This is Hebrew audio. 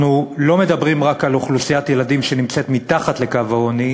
אנחנו לא מדברים רק על אוכלוסיית ילדים שנמצאת מתחת לקו העוני,